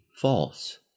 false